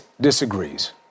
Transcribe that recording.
disagrees